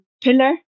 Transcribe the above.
pillar